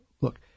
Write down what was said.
Look